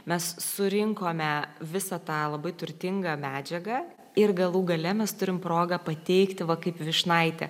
mes surinkome visą tą labai turtingą medžiagą ir galų gale mes turim progą pateikti va kaip vyšnaitę